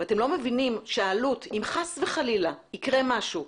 אתם לא מבינים שהעלות אם חס וחלילה יקרה משהו,